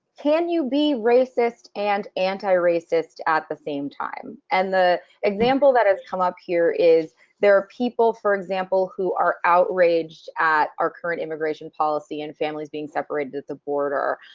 can you be racist and anti racist at the same time. and the example that has come up here is there are people, for example, who are outraged at our current immigration policy and families being separated at the border,